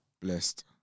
Blessed